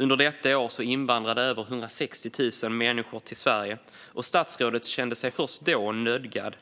Under detta år invandrade över 160 000 människor till Sverige. Statsrådet kände sig först då nödgad